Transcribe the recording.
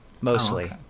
mostly